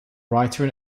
writer